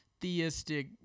theistic